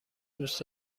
دوست